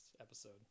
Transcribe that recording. episode